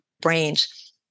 brains